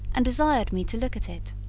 and desired me to look at it.